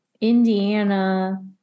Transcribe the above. Indiana